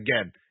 again